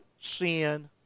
sin